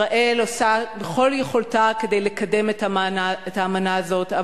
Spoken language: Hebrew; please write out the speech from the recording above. ישראל עושה ככל יכולתה כדי לקדם את האמנה הזאת,